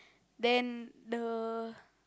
then the